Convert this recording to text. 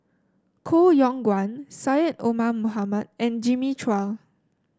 Koh Yong Guan Syed Omar Mohamed and Jimmy Chua